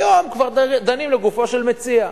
היום כבר דנים לגופו של מציע.